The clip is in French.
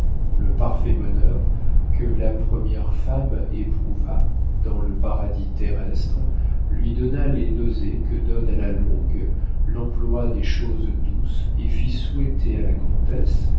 le parfait bonheur que la première femme éprouva dans le paradis terrestre lui donna les nausées que donne à la longue l'emploi des choses douces et fit souhaiter à la comtesse